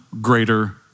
greater